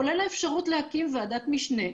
כולל האפשרות להקים ועדת משנה,